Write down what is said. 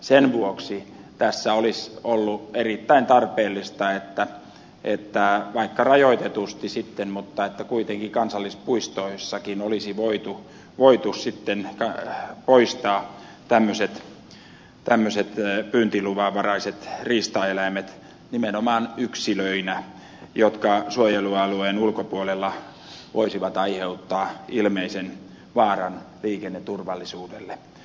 sen vuoksi tässä olisi ollut erittäin tarpeellista että vaikka rajoitetusti sitten mutta kuitenkin kansallispuistoissakin olisi voitu sitten poistaa tämmöiset pyyntiluvanvaraiset riistaeläimet nimenomaan yksilöinä jotka suojelualueen ulkopuolella voisivat aiheuttaa ilmeisen vaaran liikenneturvallisuudelle